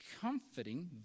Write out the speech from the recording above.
comforting